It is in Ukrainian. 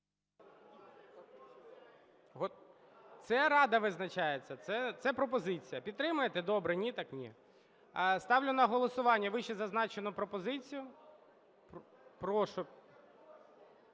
Це Рада визначається, це пропозиція. Підтримаєте – добре, ні – так ні. Ставлю на голосування вищезазначену пропозицію. Прошу…